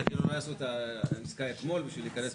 שכאילו לא יעשו את העסקה אתמול בשביל להיכנס.